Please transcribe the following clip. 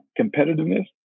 competitiveness